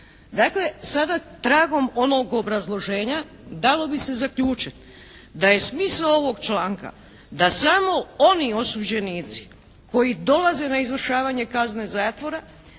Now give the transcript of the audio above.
Dakle, sada tragom onog obrazloženja dalo bi se zaključiti da je smisao ovog članka da samo oni osuđenici koji dolaze na izvršavanje kazne zatvora